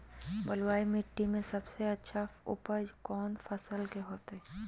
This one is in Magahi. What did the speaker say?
बलुई मिट्टी में सबसे अच्छा उपज कौन फसल के होतय?